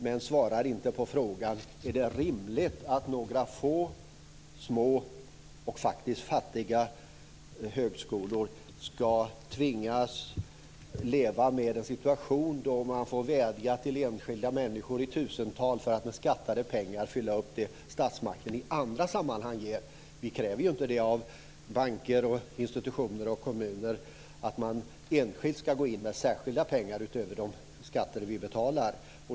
Men han svarar inte på frågan: Är det rimligt att några få, små och faktiskt fattiga högskolor ska tvingas leva med en situation då man får vädja till enskilda människor i tusental för att med skattade pengar fylla upp det statsmakten i andra sammanhang ger? Vi kräver ju inte det av banker, institutioner och kommuner att man enskilt ska gå in med särskilda pengar utöver de skatter vi betalar.